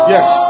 Yes